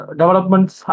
developments